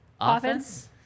offense